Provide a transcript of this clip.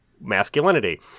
masculinity